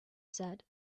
said